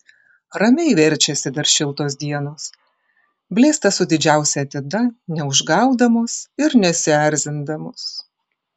ramiai verčiasi dar šiltos dienos blėsta su didžiausia atida neužgaudamos ir nesierzindamos